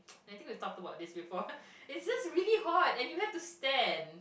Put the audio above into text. and I think we've talked about this before it's just really hot and you have to stand